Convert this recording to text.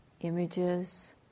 images